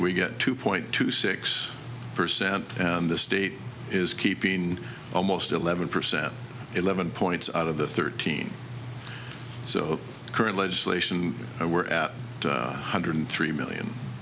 we get two point two six percent and the state is keeping almost eleven percent eleven points out of the thirteen so current legislation and we're at one hundred three million